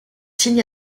signe